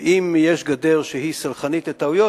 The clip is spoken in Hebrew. ואם יש גדר שהיא סלחנית לטעויות,